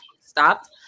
stopped